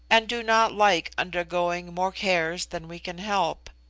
and do not like undergoing more cares than we can help,